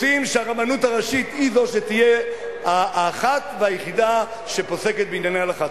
רוצים שהרבנות הראשית היא זו שתהיה האחת והיחידה שפוסקת בענייני הלכה.